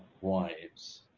wives